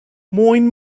moin